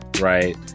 right